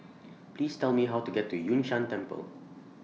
Please Tell Me How to get to Yun Shan Temple